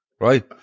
Right